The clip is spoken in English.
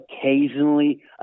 Occasionally